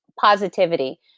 positivity